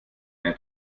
eine